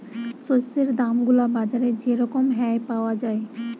শস্যের দাম গুলা বাজারে যে রকম হ্যয় পাউয়া যায়